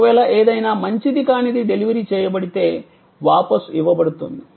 ఒకవేళ ఏదైనా మంచిది కానిది డెలివరీ చేయబడితే వాపసు ఇవ్వబడుతుంది